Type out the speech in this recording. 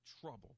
trouble